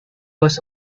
was